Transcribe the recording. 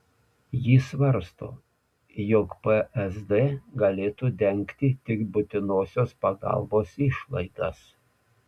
ji svarsto jog psd galėtų dengti tik būtinosios pagalbos išlaidas